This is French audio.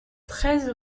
treize